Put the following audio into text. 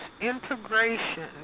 integration